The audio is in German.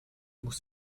muss